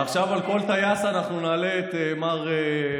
עכשיו על כל טייס אנחנו נעלה את מר קיש?